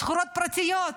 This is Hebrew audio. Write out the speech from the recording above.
סחורות פרטיות.